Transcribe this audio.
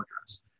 address